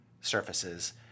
surfaces